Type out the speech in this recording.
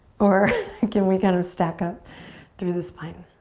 or can we kind of stack up through the spine?